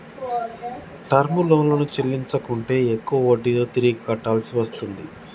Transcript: term లోన్లను చెల్లించకుంటే ఎక్కువ వడ్డీతో తిరిగి కట్టాల్సి వస్తుంది